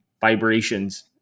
vibrations